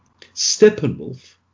steppenwolf